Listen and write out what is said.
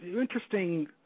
interesting